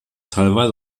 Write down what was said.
teilweise